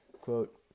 quote